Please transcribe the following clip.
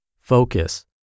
focus